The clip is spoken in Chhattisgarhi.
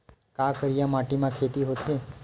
का करिया माटी म खेती होथे?